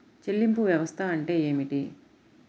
చెల్లింపు వ్యవస్థ అంటే ఏమిటి?